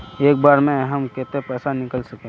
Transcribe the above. एक बार में हम केते पैसा निकल सके?